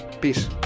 Peace